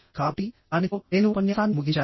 కాబట్టి దానితో నేను ఉపన్యాసాన్ని ముగించాను